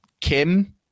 kim